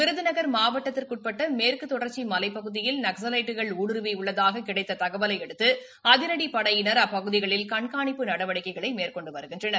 விருதுநகள் மாவட்டத்திற்கு உபட்ட மேற்கு தொடர்ச்சி மலைப்பகுதியில் நக்ஸவைட்டுகள் ஊடுருவி உள்ளதாக கிடைத்த தகவலையடுத்து அதிரடிப்படையினா் அப்பகுதிகளில் கண்காணிப்பு நடவடிக்கைகளை மேற்கொண்டு வருகின்றனர்